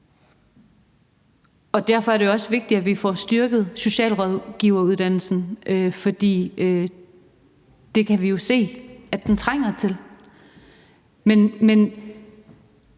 Og derfor er det også vigtigt, at vi får styrket socialrådgiveruddannelsen, for det kan vi jo se den trænger til. Men